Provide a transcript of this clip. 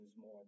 more